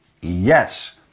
Yes